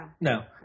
No